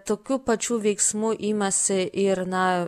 tokių pačių veiksmų imasi ir na